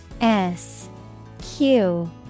S-Q-